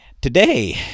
today